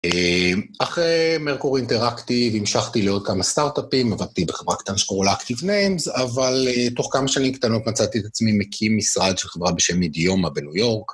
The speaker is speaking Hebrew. אחרי מרקור אינטראקטיב המשכתי לעוד כמה סטארט-אפים, עבדתי בחברה קטנה שקוראה Active Names, אבל תוך כמה שנים קטנות מצאתי את עצמי מקים משרד של חברה בשם מדיומה בניו יורק.